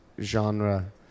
genre